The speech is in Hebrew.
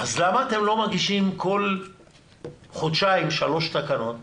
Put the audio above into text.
אז למה אתם לא מגישים כל חודשיים שלוש תקנות?